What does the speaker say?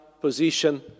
position